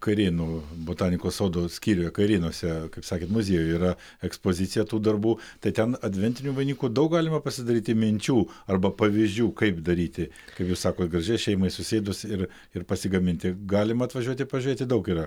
kairėnų botanikos sodo skyriuje kairėnuose kaip sakėt muziejuje yra ekspozicija tų darbų tai ten adventinių vainikų daug galima pasidaryti minčių arba pavyzdžių kaip daryti kaip jūs sakot gražiai šeimai susėdus ir ir pasigaminti galim atvažiuoti pažiūrėti daug yra